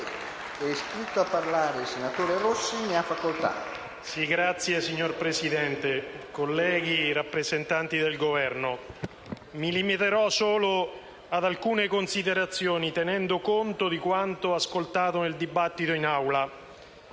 *(PD)*. Signor Presidente, colleghi, rappresentanti del Governo, mi limiterò solo ad alcune considerazioni tenendo conto di quanto ascoltato nel dibattito in Aula.